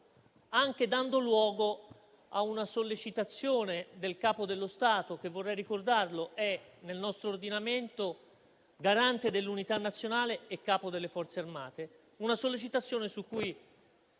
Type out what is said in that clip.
anche dando luogo a una sollecitazione del Capo dello Stato che - vorrei ricordarlo - è nel nostro ordinamento garante dell'unità nazionale e Capo delle Forze armate, una sollecitazione su cui